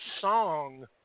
song